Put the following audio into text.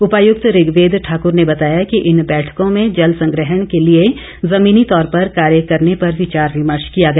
उपायुक्त ऋग्वेद ठाकुर ने बताया कि इन बैठकों में जल संग्रहण के लिए जमीनी तौर पर कार्य करने पर विचार विमर्श किया गया